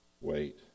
Wait